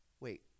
wait